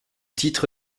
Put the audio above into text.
titre